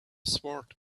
sword